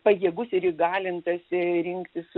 pajėgus ir įgalintas rinktis